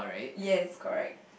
yes correct